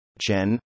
Chen